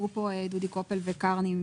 אמרו כאן דודי קופל ממשרד האוצר וקרני קירשנבוים